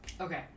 Okay